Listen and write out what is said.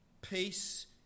peace